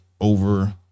over